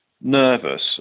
nervous